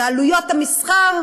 את עלויות המסחר,